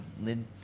lid